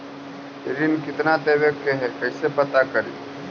ऋण कितना देवे के है कैसे पता करी?